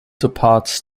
departs